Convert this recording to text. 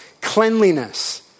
cleanliness